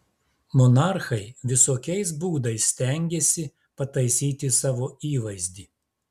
monarchai visokiais būdais stengėsi pataisyti savo įvaizdį